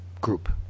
group